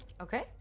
okay